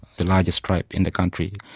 the largest tribe in the country,